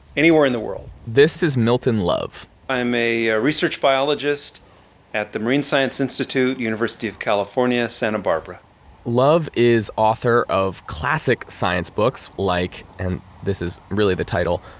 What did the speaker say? anywhere in the world this is milton love i'm a ah research biologist at the marine science institute, university of california, santa barbara love is author of classic science books like, and this is really the title,